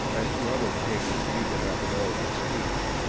as to other kings weak enough in all but speech,